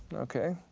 okay,